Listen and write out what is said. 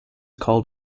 called